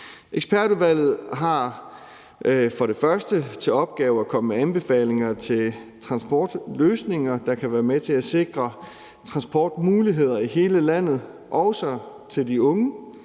Ekspertudvalget har for det første til opgave at komme med anbefalinger til transportløsninger, der kan være med til at sikre transportmuligheder i hele landet, også til de unge,